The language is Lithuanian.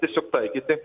tiesiog taikyti